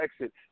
exit